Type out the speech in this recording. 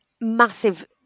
massive